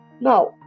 now